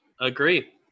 Agree